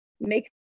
make